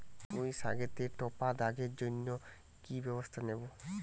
পুই শাকেতে টপা দাগের জন্য কি ব্যবস্থা নেব?